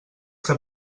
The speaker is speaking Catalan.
que